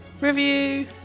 review